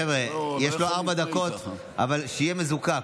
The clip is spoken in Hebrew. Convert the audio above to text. חבר'ה, יש לו ארבע דקות, אבל שיהיה מזוקק.